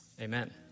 Amen